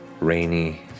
rainy